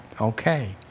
Okay